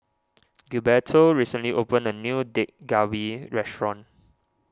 Gilberto recently opened a new Dak Galbi restaurant